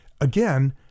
Again